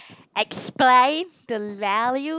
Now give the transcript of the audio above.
explain the value